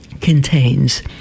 contains